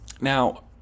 Now